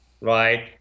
right